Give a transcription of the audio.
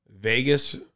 Vegas